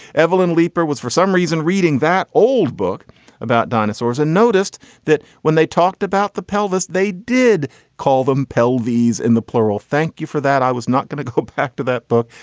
evelin leaper was for some reason reading that old book about dinosaurs and noticed that when they talked about the pelvis they did call them pdx these in the plural. thank you for that. i was not going to go back to that book.